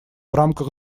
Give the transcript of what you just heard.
рамках